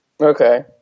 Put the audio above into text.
Okay